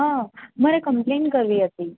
હા મારે કમ્પ્લેન કરવી હતી